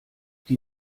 die